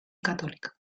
católica